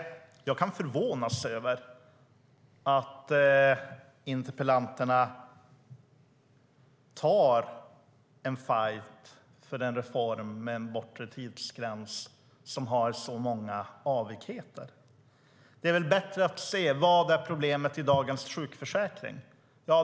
Jag kan förvånas över att interpellanterna tar en fajt för den reform med en bortre tidsgräns som har så många avigheter. Det är väl bättre att se vad som är problemet i dagens sjukförsäkring.